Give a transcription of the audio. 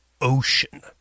ocean